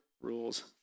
rules